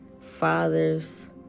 father's